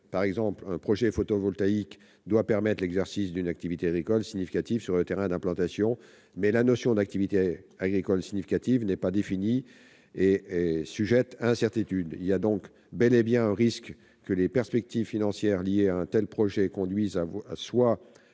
Par exemple, un projet photovoltaïque doit permettre l'exercice d'une activité agricole significative sur le terrain d'implantation, mais la notion d'« activité agricole significative » n'est pas définie et est sujette à incertitudes. Il y a donc bel et bien un risque que les perspectives financières liées à un tel projet conduisent à une